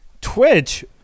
Twitch